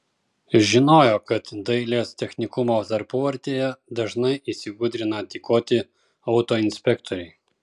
žinojo kad dailės technikumo tarpuvartėje dažnai įsigudrina tykoti autoinspektoriai